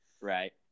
Right